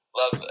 love